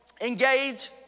Engage